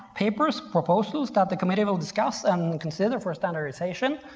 papers, proposals that the committee will discuss and consider for standardization.